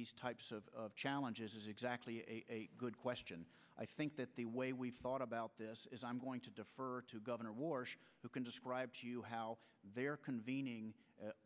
these types of challenges is exactly a good question i think that the way we've thought about this is i'm going to defer to governor warsh who can describe to you how they're convening